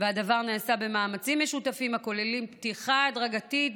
והדבר נעשה במאמצים משותפים הכוללים פתיחה הדרגתית,